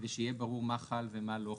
כדי שיהיה ברור מה חל ומה לא חל.